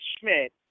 Schmidt